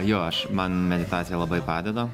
jo aš man meditacija labai padeda